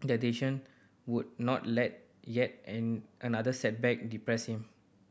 that Jason would not let yet another setback depress him